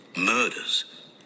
murders